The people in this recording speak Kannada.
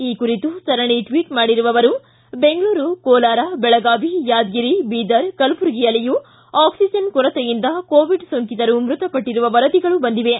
ಈ ಕುರಿತು ಸರಣಿ ಟ್ಲಿಟ್ ಮಾಡಿರುವ ಅವರು ಬೆಂಗಳೂರು ಕೋಲಾರ ಬೆಳಗಾವಿ ಯಾದಗಿರಿ ಬೀದರ್ ಕಲಬುರ್ಗಿಯಲ್ಲಿಯೂ ಆಕ್ಸಿಜನ್ ಕೊರತೆಯಿಂದ ಕೋವಿಡ್ ಸೋಂಕಿತರು ಮೃತಪಟ್ಟಿರುವ ವರದಿಗಳು ಬಂದಿವೆ